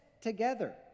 together